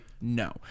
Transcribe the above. No